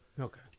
Okay